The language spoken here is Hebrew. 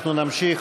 נמשיך.